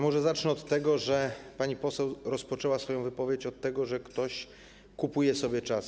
Może zacznę od tego, że pani poseł rozpoczęła swoją wypowiedź od tego, że ktoś kupuje sobie czas.